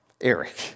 Eric